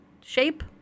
shape